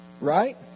right